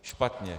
Špatně.